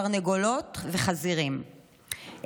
תרנגולות וחזירים.